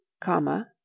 comma